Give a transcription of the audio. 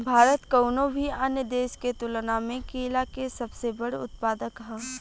भारत कउनों भी अन्य देश के तुलना में केला के सबसे बड़ उत्पादक ह